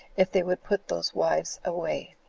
if they would put those wives away.